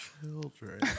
children